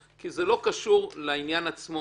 כי זה לא קשור לעניין עצמו.